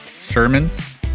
sermons